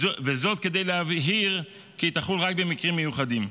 וזאת כדי להבהיר כי היא תחול רק במקרים מיוחדים.